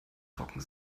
trocken